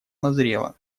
назрело